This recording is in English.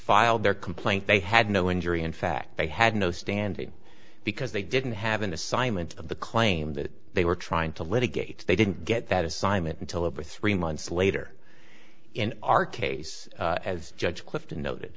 their complaint they had no injury in fact they had no standing because they didn't have an assignment of the claim that they were trying to litigate they didn't get that assignment until over three months later in our case as judge clifton noted